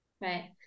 Right